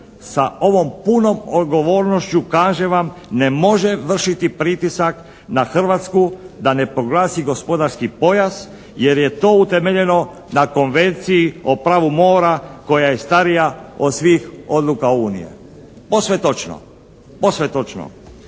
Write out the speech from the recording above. sa ovom punom odgovornošću kažem vam, ne može vršiti pritisak na Hrvatsku da ne proglasi gospodarski pojas jer je to utemeljeno na Konvenciji o pravu mora koja je starija od svih odluka unije. Posve točno. Išao